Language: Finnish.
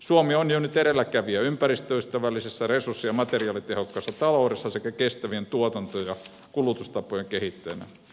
suomi on jo nyt edelläkävijä ympäristöystävällisessä resurssi ja materiaalitehokkaassa taloudessa sekä kestävien tuotanto ja kulutustapojen kehittäjänä